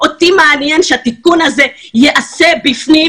שהתיקון הזה ייעשה בפנים.